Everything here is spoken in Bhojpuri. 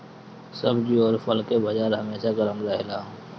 सब्जी अउरी फल के बाजार हमेशा गरम रहेला